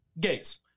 Gates